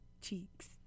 cheeks